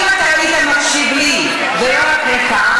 אם אתה היית מקשיב לי ולא רק לך,